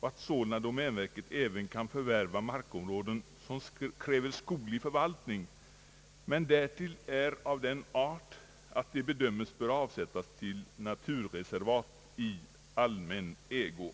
och att sålunda domänverket även kan förvärva markområden som kräver skoglig förvaltning men därtill är av den art att de bedömes böra avsättas till naturreservat i allmän ägo.